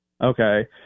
Okay